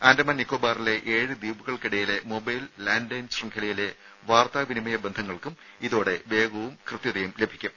ആൻഡമാൻ നിക്കോബാറിലെ ഏഴ് ദ്വീപുകൾക്കിടയിലെ മൊബൈൽ ലാൻഡ്ലൈൻ ശൃംഖലയിലെ വാർത്താ വിനിമയ ബന്ധങ്ങൾക്കും ഇതോടെ വേഗവും വ്യക്തതയും ലഭിക്കും